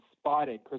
spotted